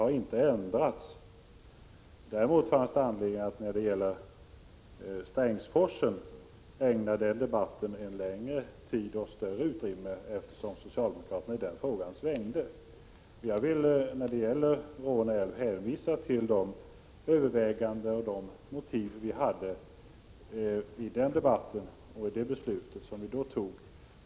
Däremot fanns det anledning att ägna debatten om Strängsforsen längre tid och större utrymme, eftersom socialdemokraterna svängt i den frågan. När det gäller Råneälven vill jag hänvisa till de överväganden och de motiv vi förde fram i debatten i samband med det beslut som vi fattade förra året.